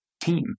team